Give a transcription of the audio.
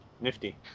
Nifty